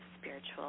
spiritual